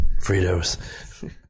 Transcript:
fritos